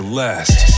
last